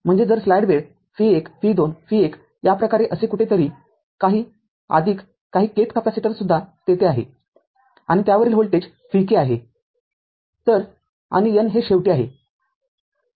म्हणजे जर स्लाईड वेळ v १ v २ v १ याप्रकारे असे कुठेतरी काही काही kth कॅपेसिटर सुद्धा तेथे आहे आणि त्यावरील व्होल्टेज vk आहे तर आणि n हे शेवटी आहे